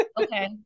okay